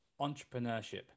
entrepreneurship